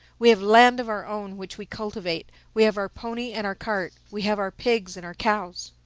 we have land of our own, which we cultivate we have our pony and our cart we have our pigs and our cows.